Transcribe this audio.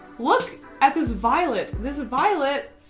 look at this violet. this is violet